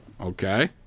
okay